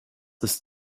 ist